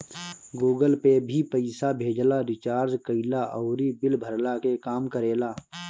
Google Pay भी पईसा भेजला, रिचार्ज कईला अउरी बिल भरला के काम करेला